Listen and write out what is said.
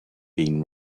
been